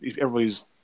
everybody's